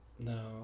No